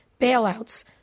bailouts